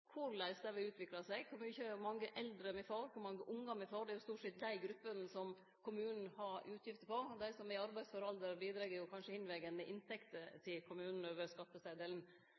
korleis det vil utvikle seg, kor mange eldre me får, og kor mange ungar me får. Det er stort sett dei gruppene kommunane har utgifter på – dei som er i arbeidsfør alder, bidreg kanskje andre vegen med inntekter til kommunane over